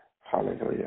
Hallelujah